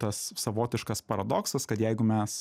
tas savotiškas paradoksas kad jeigu mes